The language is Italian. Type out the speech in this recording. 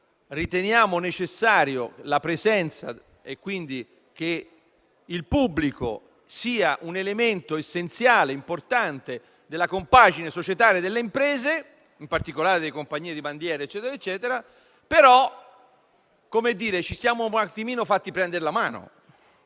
riteniamo necessaria la presenza dello Stato (ossia che il pubblico sia un elemento essenziale e importante della compagine societaria delle imprese, in particolare di quelle di bandiera), però ci siamo un po' fatti prendere la mano,